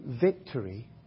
victory